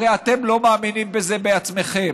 הרי אתם לא מאמינים בזה בעצמכם.